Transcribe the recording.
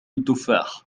التفاح